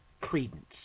credence